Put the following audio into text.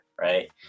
right